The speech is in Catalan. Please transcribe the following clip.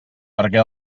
perquè